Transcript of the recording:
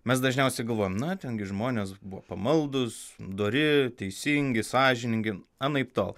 mes dažniausiai galvojame na ten žmonės buvo pamaldūs dori teisingi sąžiningi anaiptol